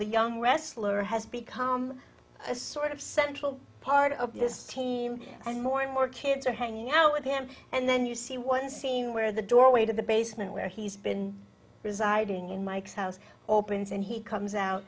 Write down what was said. the young wrestler has become a sort of central part of this team and more and more kids are hanging out with him and then you see one scene where the doorway to the basement where he's been residing in mike's house opens and he comes out